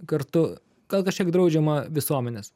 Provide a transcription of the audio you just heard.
kartu gal kažkiek draudžiama visuomenės